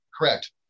correct